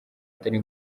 atari